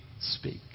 speak